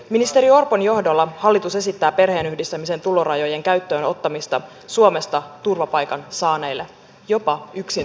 ministeri orpon johdolla hallitus esittää perheenyhdistämisen tulorajojen käyttöön ottamista suomesta turvapaikan saaneille jopa yksin tulleille lapsille